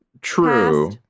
True